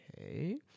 okay